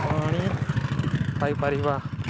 ପାଣି ପାଇପାରିବା